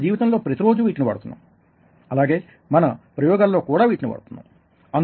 మన జీవితంలో ప్రతిరోజు వీటిని వాడుతున్నాం అలాగే మన ప్రయోగాల లో కూడా వీటిని వాడుతున్నాం